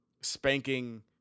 spanking